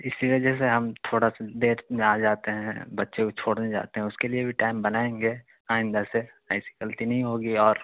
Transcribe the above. اسی وجہ سے ہم تھوڑا سا دیر میں آ جاتے ہیں بچے کو چھوڑنے جاتے ہیں اس کے لیے بھی ٹائم بنائیں گے آئندہ سے ایسی غلطی نہیں ہوگی اور